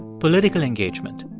political engagement.